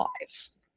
lives